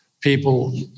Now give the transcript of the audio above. people